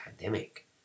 pandemic